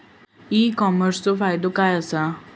E कॉमर्सचो फायदो काय असा?